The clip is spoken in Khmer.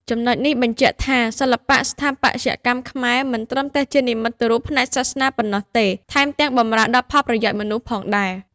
ចំណុចនេះបញ្ជាក់ថា សិល្បៈស្ថាបត្យកម្មខ្មែរមិនត្រឹមតែជានិមិត្តរូបផ្នែកសាសនាប៉ុណ្ណោះទេ ថែមទាំងបម្រើដល់ផលប្រយោជន៍មនុស្សផងដែរ។